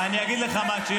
--- אני אגיד לך משהו.